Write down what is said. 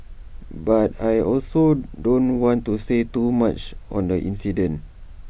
but I also don't want to say too much on the incident